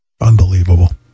Unbelievable